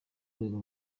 rwego